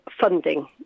funding